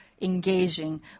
engaging